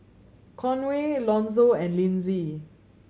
Conway Lonzo and Lynsey